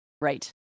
Right